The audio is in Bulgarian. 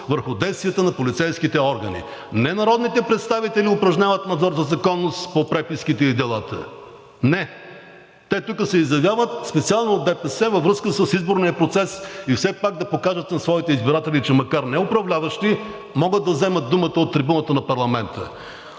върху действията на полицейските органи. Не народните представители упражняват надзор за законност по преписките и делата – не! Те тук се изявяват, специално от ДПС, във връзка с изборния процес и все пак да покажат на своите избиратели, че макар и неуправляващи, могат да вземат думата от трибуната на парламента.